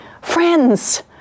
friends